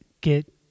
get